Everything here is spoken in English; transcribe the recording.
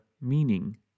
meaning